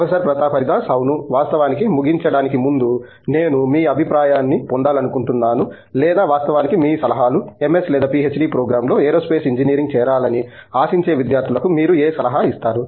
professor Pratap Haridas అవును వాస్తవానికి ముగించడానికి ముందు నేను మీ అభిప్రాయాన్ని పొందాలనుకున్నాను లేదా వాస్తవానికి మీ సలహాలు ఎంఎస్ లేదా పిహెచ్డి ప్రోగ్రామ్లో ఏరోస్పేస్ ఇంజనీరింగ్ చేరాలని ఆశించే విద్యార్థులకు మీరు ఏ సలహా ఇస్తారు